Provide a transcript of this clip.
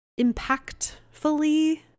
impactfully